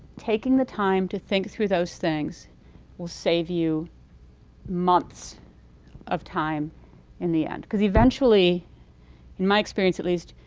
taking the time to think through those things will save you months of time in the end, because eventually in my experience at least,